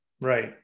right